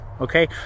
Okay